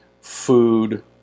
food